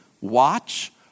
watch